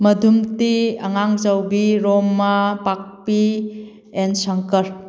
ꯃꯗꯨꯝꯇꯤ ꯑꯉꯥꯡꯆꯥꯎꯕꯤ ꯔꯣꯃꯥ ꯄꯥꯛꯄꯤ ꯑꯦꯟ ꯁꯪꯀꯔ